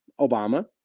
Obama